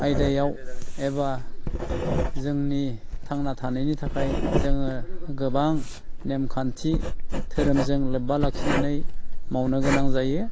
आयदायाव एबा जोंनि थांना थानायनि थाखाय जोङो गोबां नेम खान्थि धोरोमजों लोब्बा लाखिनानै मावनो गोनां जायो